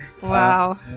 Wow